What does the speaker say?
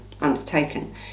undertaken